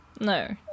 No